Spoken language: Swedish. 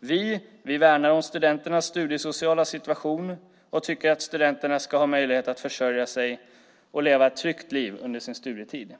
Vi värnar om studenternas studiesociala situation och tycker att studenterna ska ha möjlighet att försörja sig och leva ett tryggt liv under sin studietid.